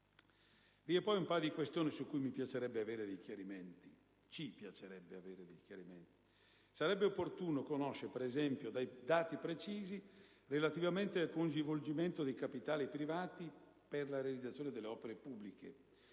Vi sono poi un paio di questioni su cui ci piacerebbe avere dei chiarimenti. Sarebbe opportuno conoscere, ad esempio, i dati precisi relativamente al coinvolgimento dei capitali privati per la realizzazione delle opere pubbliche,